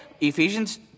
Ephesians